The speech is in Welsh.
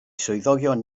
swyddogion